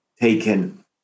taken